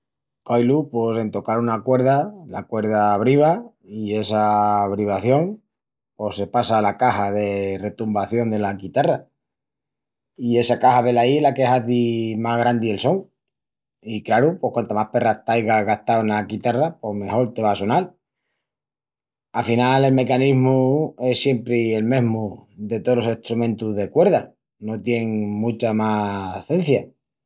Coilu! Pos en tocal una cuerda, la cuerda briva i essa brivación pos se passa ala caxa de retumbación dela quitarra. I essa caxa velaí es la que hazi mas grandi el son. I craru, pos quantas más perras t'aigas gastau ena quitarra pos mejol te va a sonal. Afinal, el mecanismu es siempri el mesmu de tolos estrumentus de cuerda, no tien mucha más cencia.